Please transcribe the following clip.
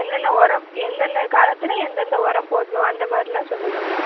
என்னென்ன உரம் எந்தெந்த காலத்தில் எந்தெந்த உரம் போடணும் அந்த மாதிரிலாம் சொல்லுவங்க